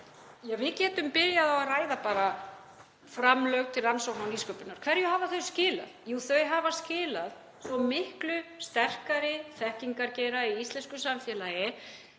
Við getum byrjað á að ræða bara framlög til rannsókna og nýsköpunar. Hverju hafa þau skilað? Jú, þau hafa skilað svo miklu sterkari þekkingargeira í íslensku samfélagi,